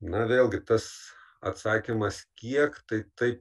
na vėlgi tas atsakymas kiek tai tai